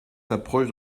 s’approche